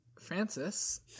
Francis